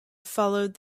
followed